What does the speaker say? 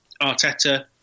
Arteta